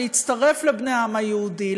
להצטרף לבני העם היהודי,